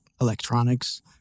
electronics